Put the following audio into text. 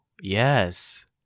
Yes